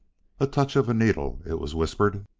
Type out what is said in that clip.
a touch of a needle, it was whispered.